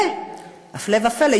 והפלא ופלא,